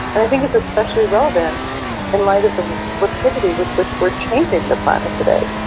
i think it's especially relevant in light of the rapidity with which we're changing the planet today.